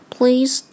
Please